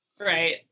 Right